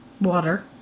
Water